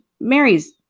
Mary's